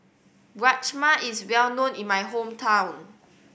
rajma is well known in my hometown